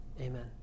Amen